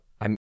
I'm-